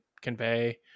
convey